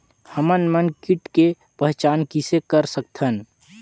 हमन मन कीट के पहचान किसे कर सकथन?